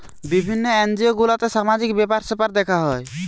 বিভিন্ন এনজিও গুলাতে সামাজিক ব্যাপার স্যাপার দেখা হয়